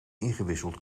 gewisseld